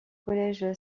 collège